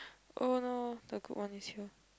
oh no the good one is here